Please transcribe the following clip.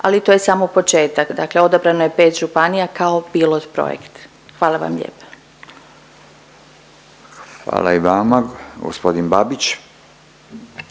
ali to je samo početak. Dakle, odabrano je 5 županija kao pilot projekt. Hvala vam lijepa. **Radin, Furio